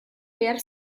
behar